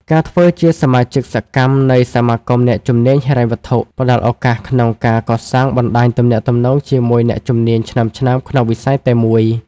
ការធ្វើជាសមាជិកសកម្មនៃសមាគមអ្នកជំនាញហិរញ្ញវត្ថុ ផ្ដល់ឱកាសក្នុងការកសាងបណ្ដាញទំនាក់ទំនងជាមួយអ្នកជំនាញឆ្នើមៗក្នុងវិស័យតែមួយ។